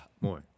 more